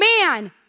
man